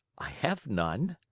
i have none.